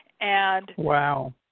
Wow